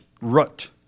Rut